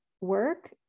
work